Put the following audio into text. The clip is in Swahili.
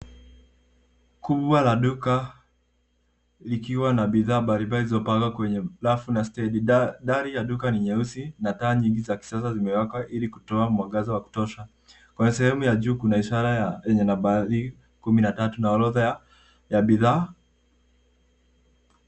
Kubwa la duka likiwa na bidhaa mbali mbali zilizopangwa kwenye rafu na stedi dari ya duka ni nyeusi na taa nyingi za kisasa zimewekwa ili kutoa mwangaza wa kutosha kwa sehemu ya juu kuna ishara ya enye nambari kumi na tatu na orodha ya bidhaa.